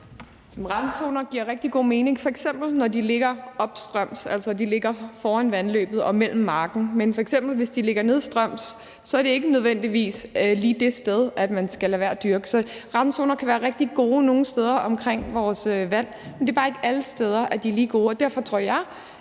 Randzoner giver rigtig god mening, f.eks. når de ligger opstrøms, altså at de ligger mellem vandløbet og marken. Men hvis de f.eks. ligger nedstrøms, er det ikke nødvendigvis lige det sted, man skal lade være at dyrke. Så randzoner kan være rigtig gode nogle steder langs vores vandløb, men det er bare ikke alle steder, de er lige gode. Derfor tror jeg,